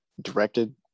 directed